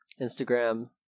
Instagram